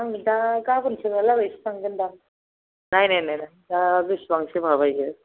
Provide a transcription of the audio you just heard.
आं दा गाबोनसोहालागैसो थांगोनदां रायज्लायनायफ्रा बिसिबांसो माबायो